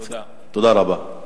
תודה רבה.